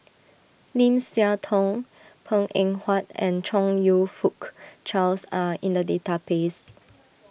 Lim Siah Tong Png Eng Huat and Chong You Fook Charles are in the database